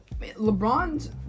LeBron's